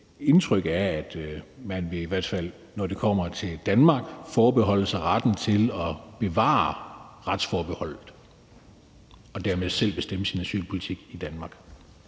indtryk er, at man vil, i hvert fald når det kommer til Danmark, forbeholde sig retten til at bevare retsforbeholdet og dermed selv bestemme sin asylpolitik i Danmark.